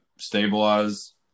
stabilize